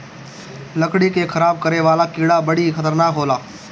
लकड़ी के खराब करे वाला कीड़ा बड़ी खतरनाक होला